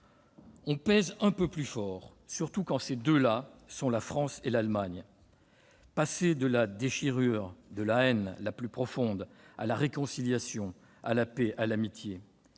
pesons un peu plus, surtout quand ces deux-là sont la France et l'Allemagne, passées de la déchirure, de la haine la plus profonde, à la réconciliation, à la paix, à l'amitié.